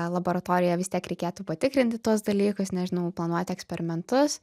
laboratorijoje vis tiek reikėtų patikrinti tuos dalykus nežinau planuoti eksperimentus